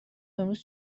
امروز